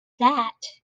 that